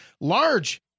Large